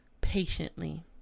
patiently